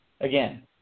again